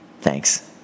Thanks